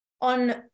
on